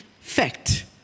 fact